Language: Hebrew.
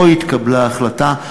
לא התקבלה החלטה,